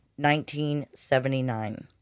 1979